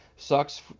sucks